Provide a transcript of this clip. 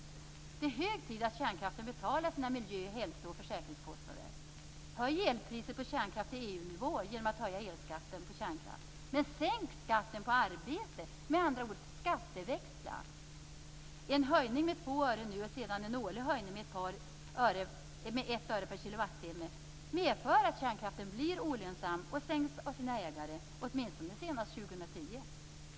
Det är hög tid att kärnkraften betalar sina miljö-, hälso och försäkringskostnader. Höj elpriset på kärnkraft till EU-nivå genom att höja elskatten på kärnkraft, men sänk skatten på arbete. Med andra ord bör man skatteväxla. En höjning med 2 öre nu, och sedan en årlig höjning med 1 öre per kilowattimme, medför att kärnkraften blir olönsam och stängs av sina ägare, åtminstone senast 2010.